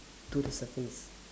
to the surface